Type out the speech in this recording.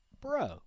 Bro